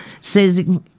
says